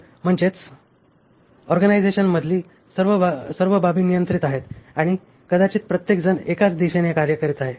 तर म्हणजेच ऑर्गनायझेशनमधील सर्व बाबी नियंत्रित आहेत आणि कदाचित प्रत्येकजण एकाच दिशेने कार्य करीत आहेत